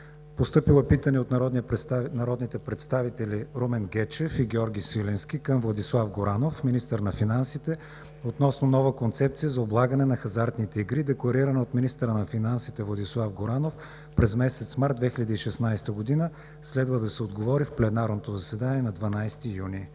Постъпило е питане от народните представители Румен Гечев и Георги Свиленски към Владислав Горанов – министър на финансите, относно нова концепция за облагане на хазартните игри, декларирана от министъра на финансите Владислав Горанов през месец март 2016 г. Следва да се отговори в пленарното заседание на 12 юни